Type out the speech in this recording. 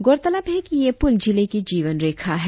गौरतलब है कि यह पुल जिला का जीवन रेखा है